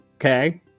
Okay